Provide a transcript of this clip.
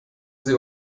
sie